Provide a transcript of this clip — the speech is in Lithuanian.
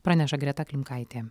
praneša greta klimkaitė